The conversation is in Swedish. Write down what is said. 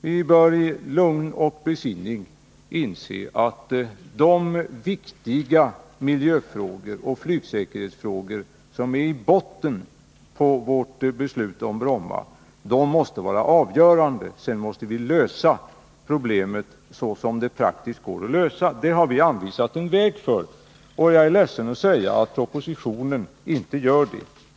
Vi bör i lugn och besinning försöka inse att de viktiga miljöfrågor och flygsäkerhetsfrågor som ligger i botten på vårt beslut om Bromma måste vara avgörande. Vi måste försöka lösa dessa problem på det sätt som de praktiskt går att lösa. Det har vi anvisat en väg för, och jag är ledsen att behöva säga att propositionen inte gör det.